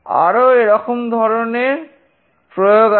আরো এরকম ধরনের প্রয়োগ আছে